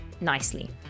nicely